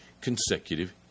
consecutive